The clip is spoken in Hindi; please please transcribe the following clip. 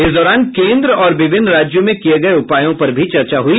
इस दौरान केंद्र और विभिन्न राज्यों में किए गए उपायों पर भी चर्चा हुई